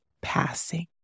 passing